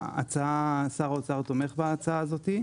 שר האוצר תומך בהצעה הזאת.